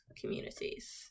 communities